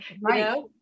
right